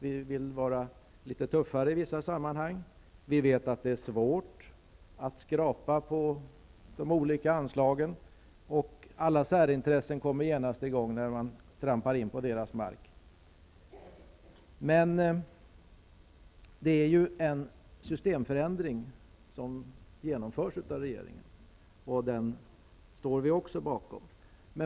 Vi vill vara litet tuffare i vissa sammanhang, och vi vet att det är svårt att skrapa på de olika anslagen. Alla särintressen kommer genast fram när man trampar in på deras mark. Regeringen genomför emellertid en systemförändring, vilken vi också står bakom.